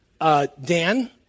Dan